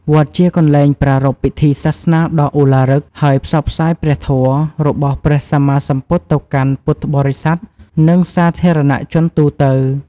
វត្តជាកន្លែងប្រារព្ធពិធីសាសនាដ៏ឱឡារិក ហើយផ្សព្វផ្សាយព្រះធម៌ របស់ព្រះសម្មាសម្ពុទ្ធទៅកាន់ពុទ្ធបរិស័ទ និងសាធារណជនទូទៅ។